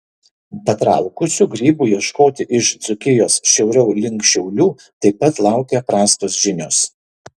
patraukusių grybų ieškoti iš dzūkijos šiauriau link šiaulių taip pat laukia prastos žinios